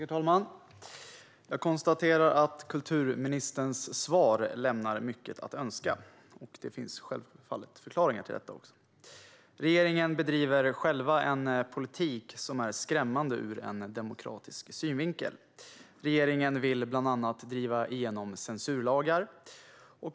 Herr talman! Jag konstaterar att kulturministerns svar lämnar mycket att önska. Det finns självfallet förklaringar till detta. Regeringen bedriver själv en politik som är skrämmande ur en demokratisk synvinkel. Regeringen vill bland annat driva igenom censurlagar.